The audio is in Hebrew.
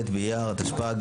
ט' באייר התשפ"ג,